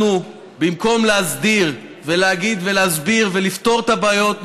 במקום להסדיר ולהגיד ולהסביר ולפתור את הבעיות,